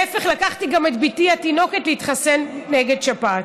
להפך, לקחתי גם את בתי התינוקת להתחסן נגד שפעת.